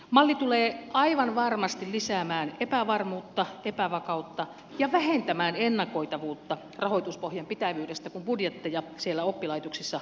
malli tulee aivan varmasti lisäämään epävarmuutta epävakautta ja vähentämään ennakoitavuutta rahoituspohjan pitävyydestä kun budjetteja siellä oppilaitoksissa laaditaan